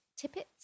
Tippets